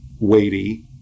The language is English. weighty